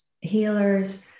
healers